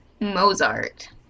Mozart